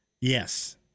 Yes